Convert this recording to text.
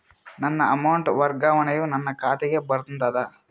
ನನ್ನ ಅಮೌಂಟ್ ವರ್ಗಾವಣೆಯು ನನ್ನ ಖಾತೆಗೆ ಬಂದದ